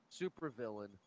supervillain